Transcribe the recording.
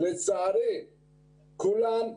ולצערי כולן נסגרו.